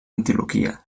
antioquia